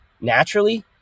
naturally